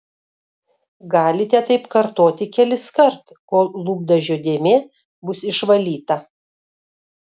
galite taip kartoti keliskart kol lūpdažio dėmė bus išvalyta